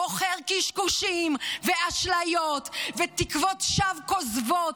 מוכר קשקושים ואשליות ותקוות שווא כוזבות.